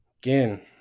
again